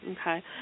Okay